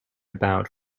about